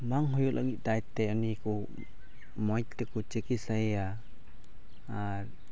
ᱵᱟᱝ ᱦᱩᱭᱩᱜ ᱞᱟᱹᱜᱤᱫ ᱛᱟᱭ ᱛᱮ ᱩᱱᱤ ᱠᱚ ᱢᱚᱡᱽ ᱛᱮᱠᱚ ᱪᱤᱠᱤᱛᱥᱟᱭᱟ ᱟᱨ